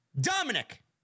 Dominic